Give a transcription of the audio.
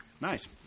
Nice